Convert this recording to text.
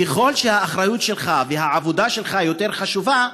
ככל שהאחריות שלך והעבודה שלך יותר חשובות,